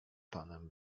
panem